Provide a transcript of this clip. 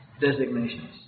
designations